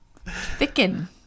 Thicken